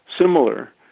similar